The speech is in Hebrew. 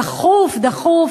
דחוף-דחוף.